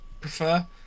prefer